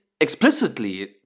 explicitly